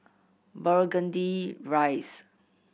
Burgundy Rise